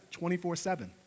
24-7